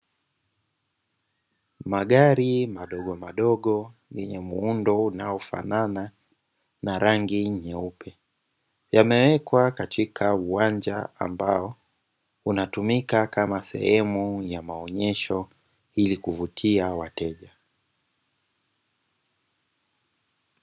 Magari madogo madogo yenye muundo unaofanana na rangi nyeupe, yamewekwa katika uwanja ambao unatumika kama sehemu ya maonyesho ili kuvutia wateja.